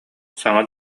саҥа